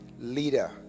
leader